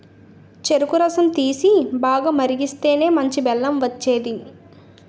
చెరుకు రసం తీసి, బాగా మరిగిస్తేనే మంచి బెల్లం వచ్చేది